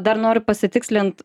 dar noriu pasitikslint